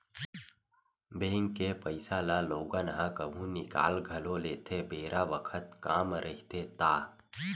bank के पइसा ल लोगन ह कभु निकाल घलो लेथे बेरा बखत काम रहिथे ता